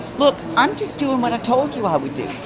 look. i'm just doing what i told you i would do.